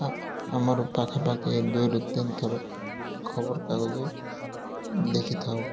ଆମର ପାଖାପାଖି ଦୁଇରୁ ତିନି ଥର ଖବରକାଗଜ ଦେଖିଥାଉ